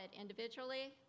individually